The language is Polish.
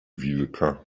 wilka